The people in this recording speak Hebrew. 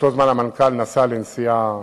באותו הזמן המנכ"ל נסע לנסיעה